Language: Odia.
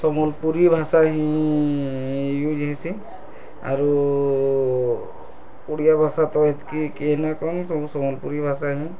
ସମ୍ବଲପୁରୀ ଭାଷା ହିଁ ୟୁଜ୍ ହେସି ଆରୁ ଓଡ଼ିଆ ଭାଷା ତ ହେତ୍କି କିଏ ନାଇଁ କହନ୍ ସବୁ ସମ୍ବଲପୁରୀ ଭାଷା ହିଁ